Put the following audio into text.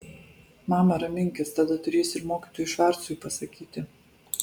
mama raminkis tada turėsi ir mokytojui švarcui pasakyti